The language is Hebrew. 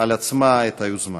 על עצמה את היוזמה.